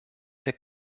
der